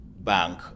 bank